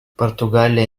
португалия